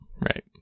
right